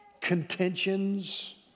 contentions